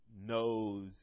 knows